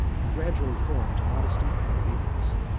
and gradually formed to modesty and obedience.